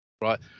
Right